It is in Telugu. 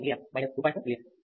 4mA i2 i1 1